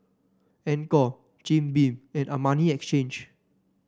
Anchor Jim Beam and Armani Exchange